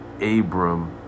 abram